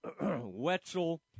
Wetzel